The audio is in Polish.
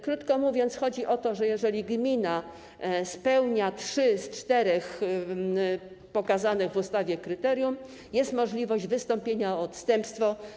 Krótko mówiąc, chodzi o to, że jeżeli gmina spełnia trzy z czterech wskazanych w ustawie kryteriów, jest możliwość wystąpienia o odstępstwo.